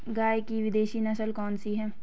गाय की विदेशी नस्ल कौन सी है?